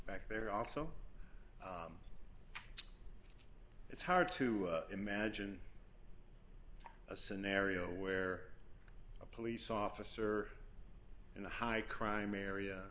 back there also it's hard to imagine a scenario where a police officer in a high crime area